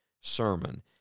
sermon